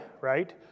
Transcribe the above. right